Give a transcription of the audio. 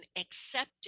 accepting